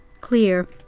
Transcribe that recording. Clear